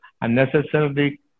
unnecessarily